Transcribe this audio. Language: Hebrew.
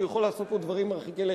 הוא יכול לעשות פה דברים מרחיקי לכת,